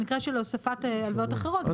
במקרה של הוספת הלוואות אחרות.